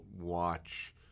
watch